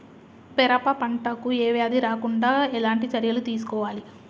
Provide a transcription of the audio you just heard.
పెరప పంట కు ఏ వ్యాధి రాకుండా ఎలాంటి చర్యలు తీసుకోవాలి?